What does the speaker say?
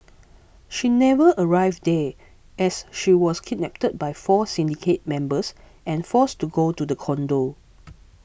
she never arrived there as she was kidnapped by four syndicate members and forced to go to the condo